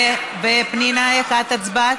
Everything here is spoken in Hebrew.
ופנינה, איך את הצבעת?